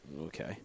Okay